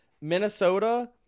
Minnesota